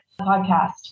podcast